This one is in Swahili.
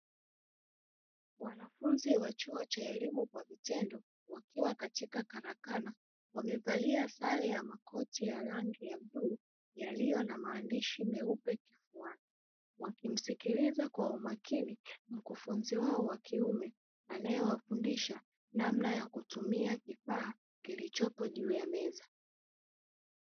Wanafunzi wa chuo cha elimu kwa vitendo, wakiwa katika karakana, wamevalia sare ya makoti ya rangi bluu yaliyo na maandishi myeupe kifuani, wakimsikiliza kwa makini mkufunzi wao wa kiume, anayewafundisha namna ya kutumia kifaa kilichopo juu ya meza.